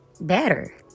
better